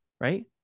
Right